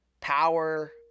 Power